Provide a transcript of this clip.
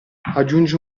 aggiungi